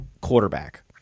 quarterback